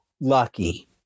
lucky